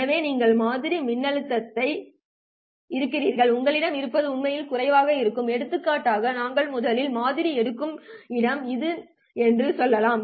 எனவே நீங்கள் மாதிரி மின்னழுத்தமாக இருக்கிறீர்கள் உங்களிடம் இருப்பது உண்மையில் குறைவாக இருக்கும் எடுத்துக்காட்டாக நாங்கள் முதலில் மாதிரி எடுக்கும் இடம் இது என்று சொல்லலாம்